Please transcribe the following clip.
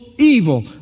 evil